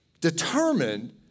determined